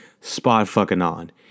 spot-fucking-on